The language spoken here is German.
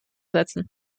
setzen